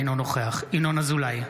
אינו נוכח ינון אזולאי,